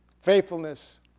faithfulness